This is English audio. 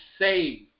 save